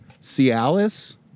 Cialis